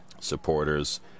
supporters